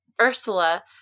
Ursula